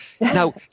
Now